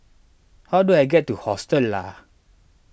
how do I get to Hostel Lah